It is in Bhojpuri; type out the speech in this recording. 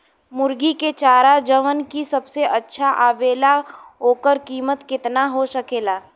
मुर्गी के चारा जवन की सबसे अच्छा आवेला ओकर कीमत केतना हो सकेला?